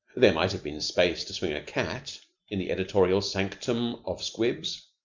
there might have been space to swing a cat in the editorial sanctum of squibs,